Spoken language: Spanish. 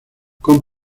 con